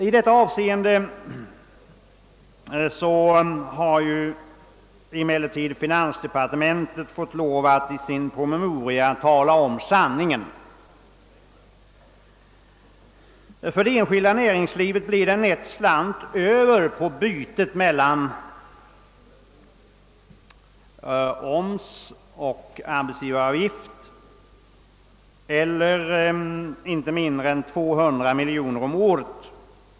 I detta avseende har emellertid finansdepartementet fått lov att i sin promemoria tala om sanningen. För det enskilda näringslivet blir det en nätt slant över på bytet mellan omsättningsskatt och arbetsgivaravgift — inte mindre än 200 miljoner om året.